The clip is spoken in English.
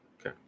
Okay